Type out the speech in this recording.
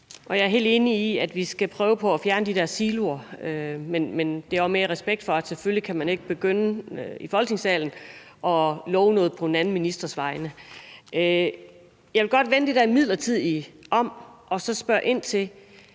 Jeg er helt enig i, at vi skal prøve på at fjerne de der siloer, men det er også mere i respekt for, at man i Folketingssalen selvfølgelig ikke kan begynde at love noget på en anden ministers vegne. Jeg vil godt vende det der med det midlertidige om og så spørge ind til,